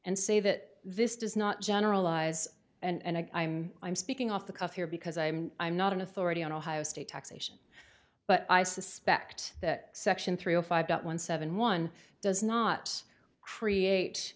and say that this does not generalize and i'm i'm speaking off the cuff here because i'm i'm not an authority on ohio state taxation but i suspect that section three zero five one seven one does not create